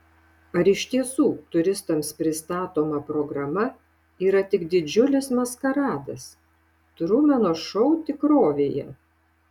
ar iš tiesų turistams pristatoma programa yra tik didžiulis maskaradas trumeno šou tikrovėje